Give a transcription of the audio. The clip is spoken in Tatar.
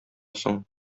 соң